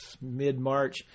mid-march